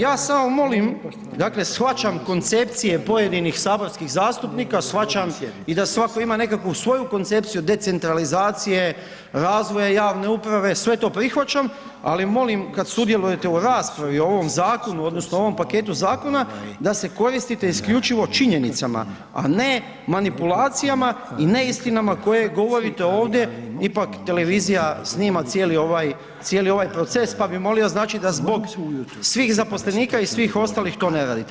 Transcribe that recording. Ja samo molim, dakle shvaćam koncepcije pojedinih saborskih zastupnika, shvaćam i da svatko ima nekakvu svoju koncepciju decentralizacije, razvoja javne uprave, sve to prihvaćam, ali molim kad sudjelujete u raspravi o ovom zakonu odnosno u ovom paketu zakona da se koristite isključivo činjenicama, a ne manipulacijama i neistinama koje govorite ovdje, ipak televizija snima cijeli ovaj proces pa bi molio, znači da zbog svih zaposlenika i svih ostalih to ne radite.